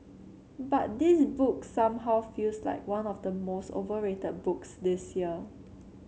but this book somehow feels like one of the most overrated books this year